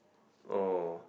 oh